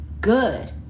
good